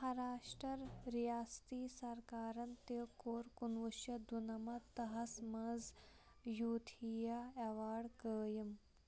مہاراشٹر ریاستی سركارن تہِ كو٘ر کُنوُہ شیٚتھ دُنَمَتھ تہٕ ہس منٛز یوٗتھیا ایوارڈ قٲیم